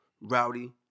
Rowdy